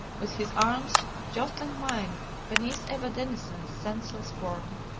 with his arms jostling mine beneath eva denison's senseless form.